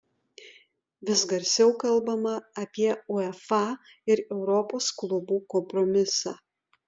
vis garsiau kalbama apie uefa ir europos klubų kompromisą